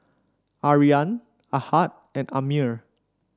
Aryan Ahad and Ammir